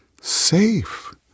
safe